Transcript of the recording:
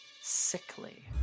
sickly